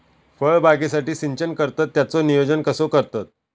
फळबागेसाठी सिंचन करतत त्याचो नियोजन कसो करतत?